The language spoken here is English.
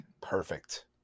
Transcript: Perfect